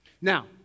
Now